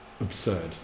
absurd